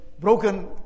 broken